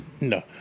no